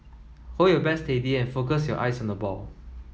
hold your bat steady and focus your eyes on the ball